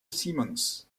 simmons